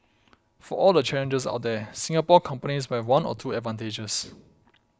for all the challenges out there Singapore companies might have one or two advantages